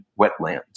wetlands